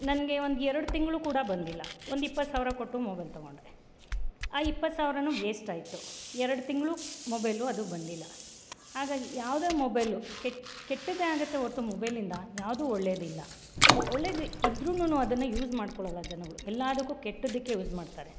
ನನಗೆ ಒಂದು ಎರಡು ತಿಂಗಳೂ ಕೂಡ ಬಂದಿಲ್ಲ ಒಂದು ಇಪ್ಪತ್ತು ಸಾವಿರ ಕೊಟ್ಟು ಮೊಬೆಲ್ ತಗೊಂಡೆ ಆ ಇಪ್ಪತ್ತು ಸಾವಿರಾನೂ ವೇಸ್ಟ್ ಆಯಿತು ಎರಡು ತಿಂಗಳೂ ಮೊಬೈಲೂ ಅದು ಬಂದಿಲ್ಲ ಹಾಗಾಗಿ ಯಾವುದೇ ಮೊಬೆಲು ಕೆಟ್ಟ ಕೆಟ್ಟದ್ದೇ ಆಗುತ್ತೆ ಹೊರತು ಮೊಬೈಲಿಂದ ಯಾವ್ದೂ ಒಳ್ಳೇದಿಲ್ಲ ಒಳ್ಳೇದು ಇದ್ದರೂನೂ ಅದನ್ನು ಯೂಸ್ ಮಾಡ್ಕೊಳಲ್ಲ ಜನಗಳು ಎಲ್ಲದಕ್ಕೂ ಕೆಟ್ಟದಕ್ಕೆ ಯೂಸ್ ಮಾಡುತ್ತಾರೆ